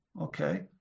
Okay